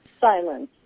silence